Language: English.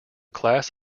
class